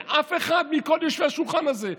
ואף אחד מכל השולחן הזה,